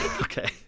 Okay